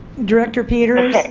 director peters,